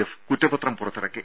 F കുറ്റപത്രം പുറത്തിറക്കി